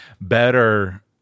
better